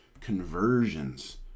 conversions